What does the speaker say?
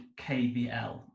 KBL